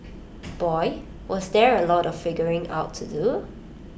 boy was there A lot of figuring out to do